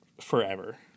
forever